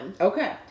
okay